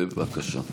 בבקשה.